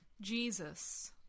Jesus